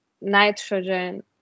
nitrogen